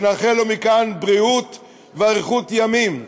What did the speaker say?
שנאחל לו מכאן בריאות ואריכות ימים,